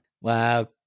Wow